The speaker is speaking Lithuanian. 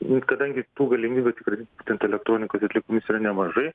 nu ir kadangi tų galimybių tikrai ten telektronikos atliekų vis yra nemažai